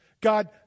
God